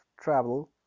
travel